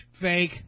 fake